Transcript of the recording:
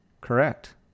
correct